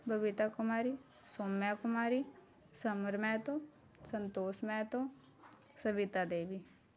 Babita Kumari Somya Kumari Samar Mahto Santosh Mahto Savita Devi